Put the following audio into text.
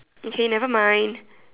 okay never mind